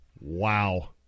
Wow